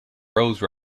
rose